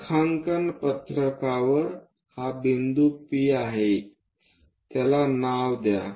रेखांकन पत्रकावर हा बिंदू P आहे त्याला नाव द्या